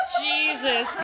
Jesus